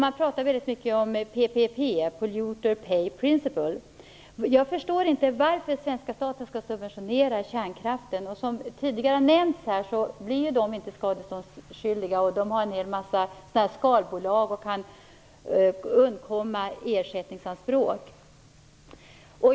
Man pratar mycket om PPP, Polluter Pay Principal. Jag förstår inte varför svenska staten skall subventionera kärnkraften. Som tidigare nämnts blir inte anläggningsinnehavarna skadeståndsskyldiga. De har en hel mängd skalbolag och kan undkomma ersättningsanspråk.